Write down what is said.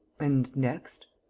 and next?